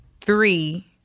three